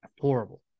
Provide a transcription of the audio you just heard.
Horrible